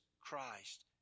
Christ